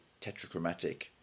tetrachromatic